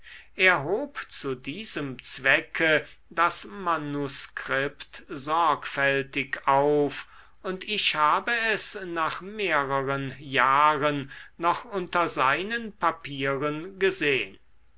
er hob zu diesem zwecke das manuskript sorgfältig auf und ich habe es nach mehreren jahren noch unter seinen papieren gesehn